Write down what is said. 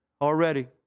already